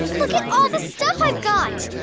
look at all the stuff i've got!